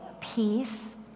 peace